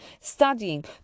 studying